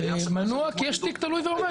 מנוע כי יש תיק תלוי ועומד.